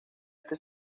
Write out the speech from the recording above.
este